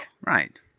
Right